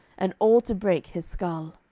and all to brake his skull.